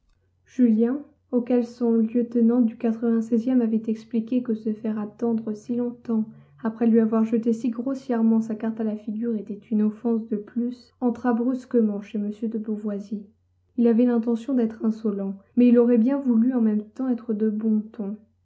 julien auquel son lieutenant du e avait expliqué que se faire attendre si longtemps après lui avoir jeté si grossièrement sa carte à la figure était une offense de plus entra brusquement chez m de beauvoisis il avait l'intention d'être insolent mais il aurait bien voulu en même temps être de bon ton